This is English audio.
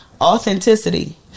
Authenticity